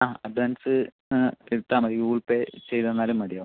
ആ അഡ്വാൻസ് എടുത്താൽ മതി ഗൂഗിൾ പേ ചെയ്ത് തന്നാലും മതിയോ